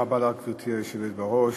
גברתי היושבת בראש,